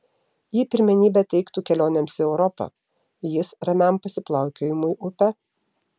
ji pirmenybę teiktų kelionėms į europą jis ramiam pasiplaukiojimui upe